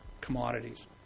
commodities